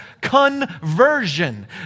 conversion